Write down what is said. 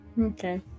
Okay